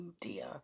dear